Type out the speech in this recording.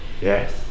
Yes